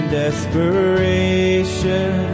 desperation